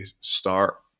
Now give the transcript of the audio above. start